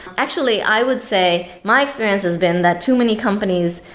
actually, i would say my experience has been that too many companies,